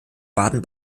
baden